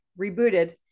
rebooted